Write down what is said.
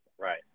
Right